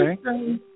okay